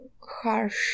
harsh